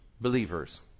Believers